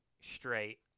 straight